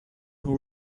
who